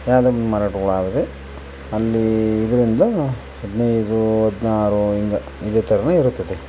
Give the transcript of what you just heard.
ಮಾರಾಟಗಳಾದ್ರೆ ಅಲ್ಲೀ ಇದ್ರಿಂದ ಹದಿನೈದು ಹದಿನಾರು ಹಿಂಗ ಇದೆ ಥರಾ ಇರತದೆ